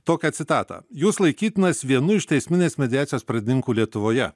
tokią citatą jūs laikytinas vienu iš teisminės mediacijos pradininkų lietuvoje